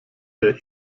der